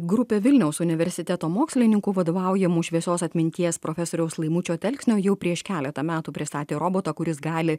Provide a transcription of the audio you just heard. grupė vilniaus universiteto mokslininkų vadovaujamų šviesios atminties profesoriaus laimučio telksnio jau prieš keletą metų pristatė robotą kuris gali